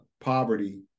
poverty